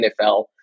NFL